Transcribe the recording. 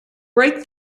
break